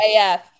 AF